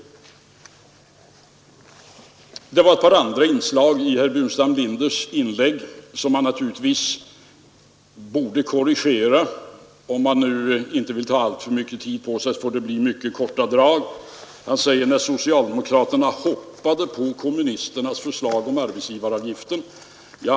Det var ett par andra inslag i herr Burenstam Linders inlägg som jag naturligtvis borde korrigera. Om det inte skall ta alltför mycket tid får det blir i mycket korta drag. Herr Burenstam Linder sade ”när socialdemokraterna hoppade på kommunisternas förslag om arbetsgivaravgiften”.